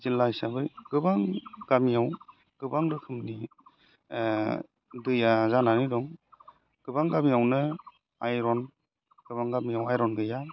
जिल्ला हिसाबै गोबां गामियाव गोबां रोखोमनि दैया जानानै दं गोबां गामियावनो आयरन गोबां गामियाव आयरन गैया